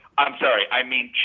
i'm sorry. i mean,